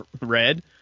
Red